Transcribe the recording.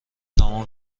تمام